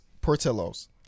Portillo's